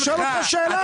אני שואל אותך שאלה.